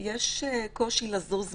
יש קושי לזוז מהן.